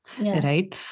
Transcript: right